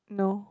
no